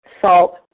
salt